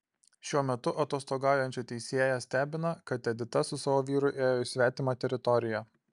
šiuo metu atostogaujančią teisėją stebina kad edita su savo vyru ėjo į svetimą teritoriją